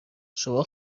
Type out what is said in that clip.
شما